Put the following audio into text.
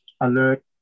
alert